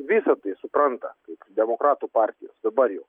visa tai supranta kai demokratų partijos dabar jau